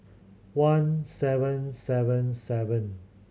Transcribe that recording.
one seven seven seven